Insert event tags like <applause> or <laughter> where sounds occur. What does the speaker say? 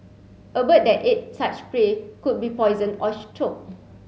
a bird that ate such prey could be poisoned or <unintelligible> choke